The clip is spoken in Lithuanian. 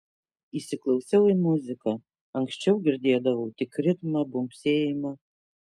įsiklausiau į muziką anksčiau girdėdavau tik ritmą bumbsėjimą